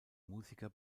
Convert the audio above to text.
musiker